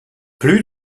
plus